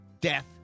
death